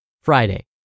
Friday